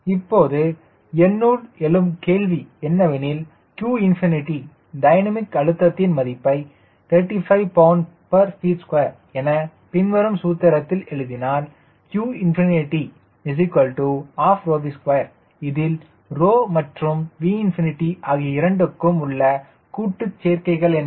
இப்போது என்னுள் எழும் கேள்வி என்னவெனில்q டைனமிக் அழுத்தத்தின் மதிப்பை 35 lbft2 என பின்வரும் சூத்திரத்தில் எழுதினால் q12𝜌𝑉2 இதில் 𝜌 மற்றும் V∞ ஆகிய இரண்டுக்கும் உள்ள கூட்டு சேர்க்கைகள் என்ன